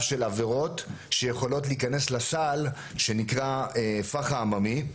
של עבירות שיכולות להיכנס לסל שנקרא 'פחה עממי'.